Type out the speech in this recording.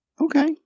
Okay